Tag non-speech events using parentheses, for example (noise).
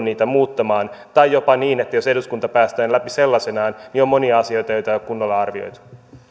(unintelligible) niitä muuttamaan tai voi olla jopa niin että jos eduskunta päästää ne läpi sellaisenaan niin on monia asioita joita ei ole kunnolla arvioitu